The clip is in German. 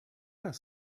das